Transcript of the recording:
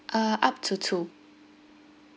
uh up to two